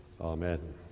Amen